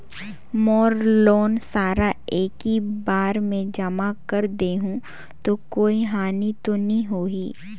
मोर loan सारा एकी बार मे जमा कर देहु तो कोई हानि तो नी होही?